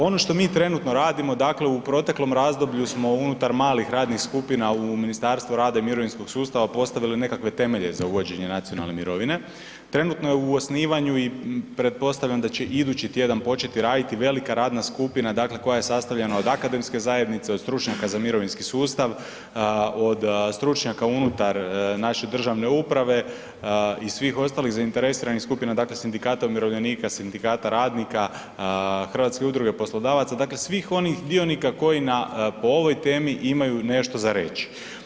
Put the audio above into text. Ono što mi trenutno radimo, dakle u protekom razdoblju smo unutar malih radnih skupina u Ministarstvu rada i mirovinskog sustava postavili nekakve temelje za uvođenje nacionalne mirovine, trenutno je u osnivanju i pretpostavljam da će idući tjedan početi raditi velika radna skupina, dakle koja je sastavljena od akademske zajednice, od stručnjaka za mirovinski sustav, od stručnjaka unutar naše državne uprave i svih ostalih zainteresiranih skupina, dakle sindikata umirovljenika, sindikata radnika, Hrvatske udruge poslodavaca, dakle svih onih dionika koji po ovoj temi imaju nešto za reći.